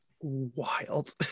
wild